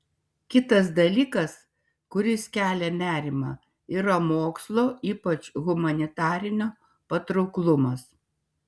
kitas dalykas kuris kelia nerimą yra mokslo ypač humanitarinio patrauklumas